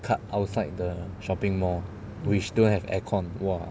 cut outside the shopping mall which don't have aircon !wah!